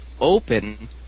open